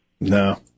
No